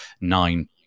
nine